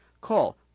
Call